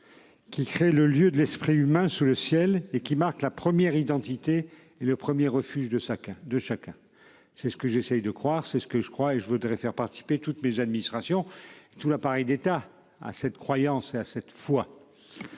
Qui crée le lieu de l'esprit humain sous le ciel et qui marque la première identité et le 1er refuse de chacun de chacun. C'est ce que j'essaie de croire. C'est ce que je crois et je voudrais faire participer toutes mes administration tout l'appareil d'État à cette croyance et à cette fois.